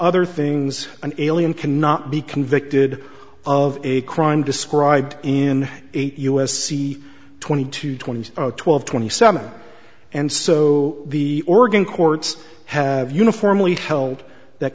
other things an alien cannot be convicted of a crime described in eight us c twenty two twenty twelve twenty seven and so the oregon courts have uniformly held that